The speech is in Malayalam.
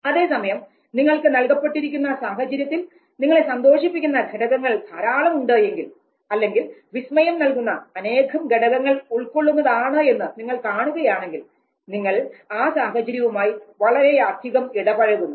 അതേസമയം നിങ്ങൾക്ക് നൽകപ്പെട്ടിരിക്കുന്ന സാഹചര്യത്തിൽ നിങ്ങളെ സന്തോഷിപ്പിക്കുന്ന ഘടകങ്ങൾ ധാരാളമുണ്ട് എങ്കിൽ അല്ലെങ്കിൽ വിസ്മയം നൽകുന്ന അനേകം ഘടകങ്ങൾ ഉൾക്കൊള്ളുന്നതാണ് എന്ന് നിങ്ങൾ കാണുകയാണെങ്കിൽ നിങ്ങൾ ആ സാഹചര്യവുമായി വളരെയധികം ഇടപഴകുന്നു